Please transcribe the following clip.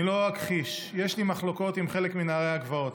אני לא אכחיש, יש לי מחלוקות עם חלק מנערי הגבעות.